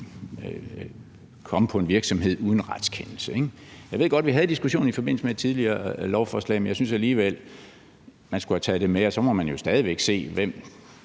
komme på en virksomhed uden en retskendelse. Jeg ved godt, at vi havde diskussionen i forbindelse med et tidligere lovforslag, men jeg synes alligevel, man skulle have taget det med. Det kunne så godt være, at